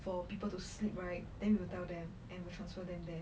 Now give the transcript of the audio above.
for people to sleep right then we will tell them and will transfer them there